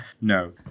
No